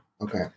Okay